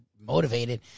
motivated